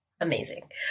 amazing